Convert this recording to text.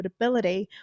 profitability